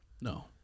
No